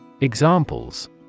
Examples